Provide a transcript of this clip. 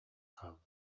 хаалла